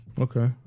Okay